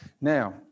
Now